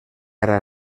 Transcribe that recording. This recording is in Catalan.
ara